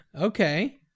Okay